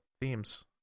themes